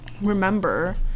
remember